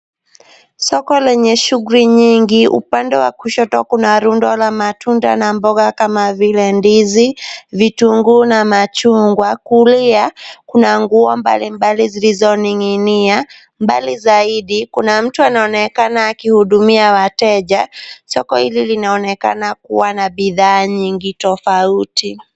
Soko lenye shughuli nyingi ,upande wa kushoto kuna rundo la mboga na matunda kama vile ndizi, vitunguu na machungwa kulia kuna Nguo mbalimbali zilizoninginia. Mbali zaidi kuna mtu anaonekana akihudumia wateja. Soko hili linaonekana kuwa na bidhaa nyingi tofauti.